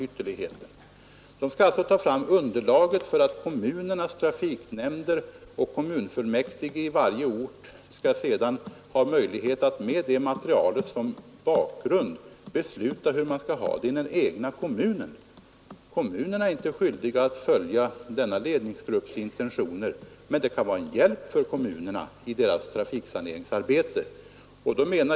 Gruppen skall alltså ta fram underlaget för att kommunernas trafiknämnder och kommunfullmäktige i varje ort sedan skall ha möjlighet att med det materialet som bakgrund besluta hur man skall ha det i den egna kommunen. Kommunerna är inte skyldiga att följa denna ledningsgrupps intentioner, men det kan vara en hjälp för kommunerna i deras trafiksaneringsarbete.